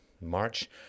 March